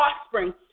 offspring